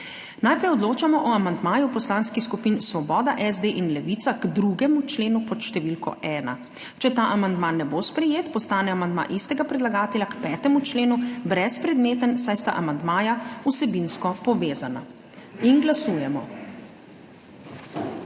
Najprej odločamo o amandmaju poslanskih skupin Svoboda, SD in Levica k 2. členu pod številko 1. Če ta amandma ne bo sprejet, postane amandma istega predlagatelja k 5. členu brezpredmeten, saj sta amandmaja vsebinsko povezana. Glasujemo.